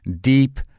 deep